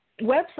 website